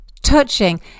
touching